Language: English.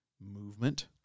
movement